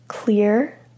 Clear